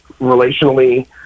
relationally